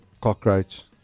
cockroach